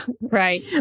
Right